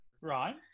right